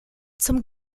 zum